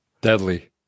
deadly